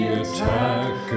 attack